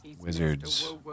wizards